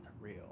real